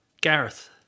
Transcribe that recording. Gareth